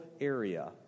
area